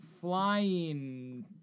Flying